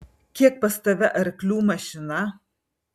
kiek pas tave arklių mašina